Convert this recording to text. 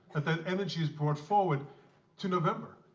that that energy is brought forward to november.